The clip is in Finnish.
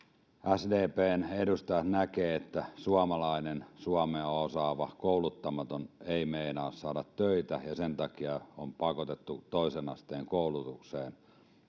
sdpn edustajat näkevät että suomalainen suomea osaava kouluttamaton ei meinaa saada töitä ja sen takia on pakotettu toisen asteen koulutukseen